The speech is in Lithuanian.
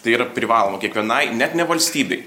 tai yra privaloma kiekvienai net ne valstybei